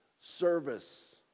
service